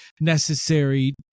necessary